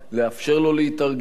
לאפשר לו להתארגן,